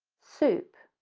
soup.